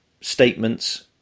statements